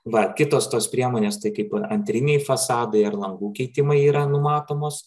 va kitos tos priemonės tai kaip antriniai fasadai ar langų keitimai yra numatomos